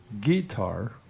guitar